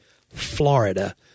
Florida